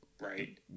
Right